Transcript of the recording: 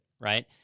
right –